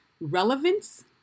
relevance